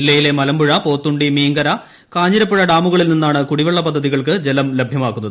ജില്ലയിലെ മലമ്പുഴ പോത്തുണ്ടി മീങ്കര കാഞ്ഞിരപ്പുഴ ഡാമുകളിൽ നിന്നാണ് കുടിവെള്ള പദ്ധതികൾക്ക് ജലം ലഭ്യമാക്കുന്നത്